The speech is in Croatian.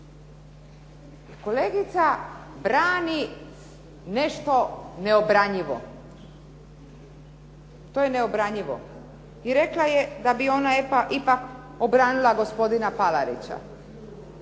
Kolegica brani nešto neobranjivo. To je neobranjivo i rekla je da bi ona ipak obranila gospodina Palarića.